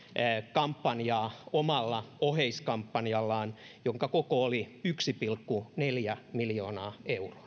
kampanjaa omalla oheiskampanjallaan jonka koko oli yksi pilkku neljä miljoonaa euroa